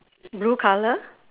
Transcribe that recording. blue colour